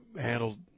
handled